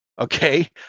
okay